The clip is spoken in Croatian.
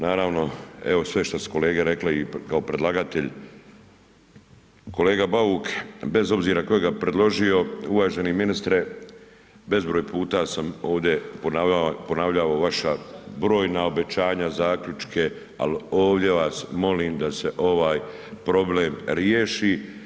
Naravno evo sve što su kolege rekle i kao predlagatelj, kolega Bauk bez obzira tko je ga predložio uvaženi ministre bezbroj puta sam ovdje ponavljao vaša brojna obećanja, zaključke ali ovdje vas molim da se ovaj problem riješi.